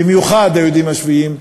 במיוחד היהודים השפויים,